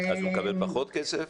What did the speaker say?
הוא יקבל פחות כסף?